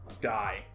Die